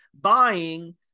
buying